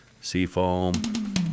Seafoam